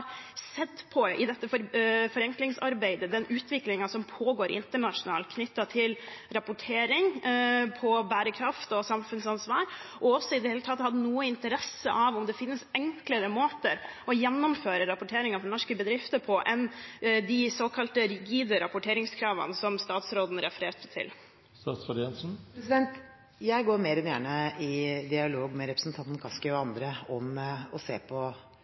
sett på den utviklingen som pågår internasjonalt knyttet til rapportering på bærekraft og samfunnsansvar, og i det hele tatt hatt noen interesse av om det finnes enklere måter å gjennomføre rapporteringen på for norske bedrifter, enn de såkalte rigide rapporteringskravene som statsråden refererte til. Jeg går mer enn gjerne i dialog med representanten Kaski og andre om å se på